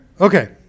Okay